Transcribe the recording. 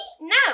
No